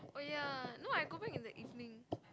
oh ya no I go back in the evening